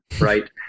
right